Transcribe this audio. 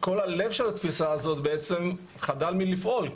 כל הלב של התפיסה הזאת בעצם חדל מלפעול.